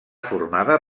formada